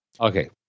Okay